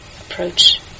approach